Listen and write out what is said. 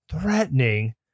threatening